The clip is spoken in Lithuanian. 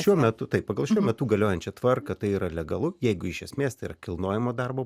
šiuo metu tai pagal šiuo metu galiojančią tvarką tai yra legalu jeigu iš esmės ir kilnojamo darbo